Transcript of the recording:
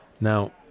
Now